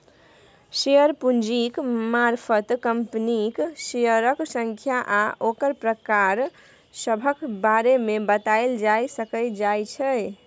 share पूंजीक मारफत कंपनीक शेयरक संख्या आ ओकर प्रकार सभक बारे मे बताएल जाए सकइ जाइ छै